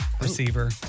Receiver